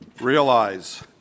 realize